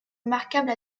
remarquable